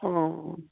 অঁ